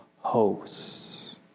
hosts